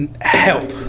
help